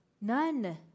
None